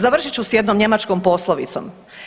Završit ću s jednom njemačkom poslovicom.